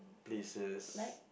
places